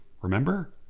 remember